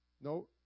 No